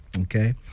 okay